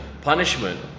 punishment